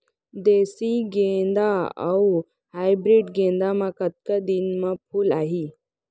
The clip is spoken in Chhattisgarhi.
देसी गेंदा अऊ हाइब्रिड गेंदा म कतका दिन म फूल आही?